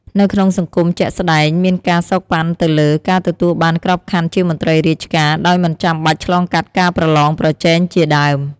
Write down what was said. នៅក្នុងសង្គមជាក់ស្តែង មានការសូកប៉ាន់ទៅលើ ការទទួលបានក្របខ័ណ្ឌជាមន្រ្តីរាជការដោយមិនចាំបាច់ឆ្លងកាត់ការប្រឡងប្រជែងជាដើម។